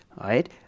right